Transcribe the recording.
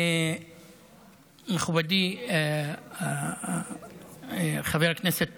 מכובדי חבר הכנסת טייב.